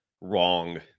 wrong